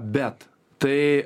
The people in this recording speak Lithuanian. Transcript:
bet tai